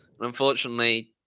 Unfortunately